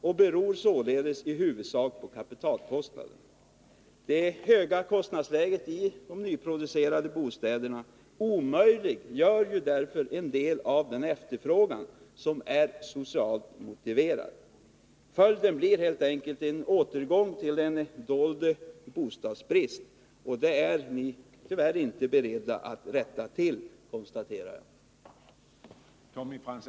Den beror således i huvudsak på kapitalkostnaden. Det höga kostnadsläget i de nyproducerade bostäderna omöjliggör därför en del av den efterfrågan som är socialt motiverad. Följden blir helt enkelt en återgång till en dold bostadsbrist, och det är ni tyvärr inte beredda att rätta till, konstaterar jag.